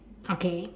okay